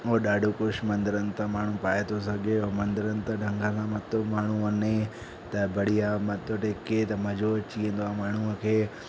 ऐं ॾाढो कुझु मंदिरन ता माण्हू पाए थो सघे ऐं मंदरनि ते ढंग सां मथो माण्हू वञे त बढ़िया मथो टेके त मज़ो अची वेंदो आहे माण्हूअ खे